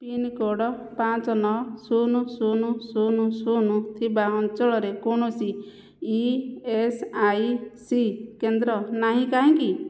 pincode ପାଞ୍ଚ ନଅ ଶୂନୁ ଶୂନୁ ଶୂନୁ ଶୂନୁ ଥିବା ଅଞ୍ଚଳରେ କୌଣସି ଇ ଏସ୍ ଆଇ ସି କେନ୍ଦ୍ର ନାହିଁ କାହିଁକି